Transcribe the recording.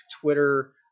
twitter